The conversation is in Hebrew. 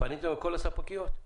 פניתם לכל הספקיות?